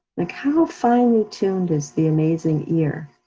like how finely tuned is the amazing ear.